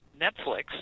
Netflix